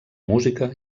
música